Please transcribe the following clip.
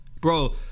bro